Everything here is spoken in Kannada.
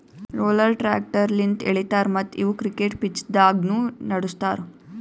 ರೋಲರ್ ಟ್ರ್ಯಾಕ್ಟರ್ ಲಿಂತ್ ಎಳಿತಾರ ಮತ್ತ್ ಇವು ಕ್ರಿಕೆಟ್ ಪಿಚ್ದಾಗ್ನು ನಡುಸ್ತಾರ್